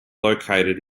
located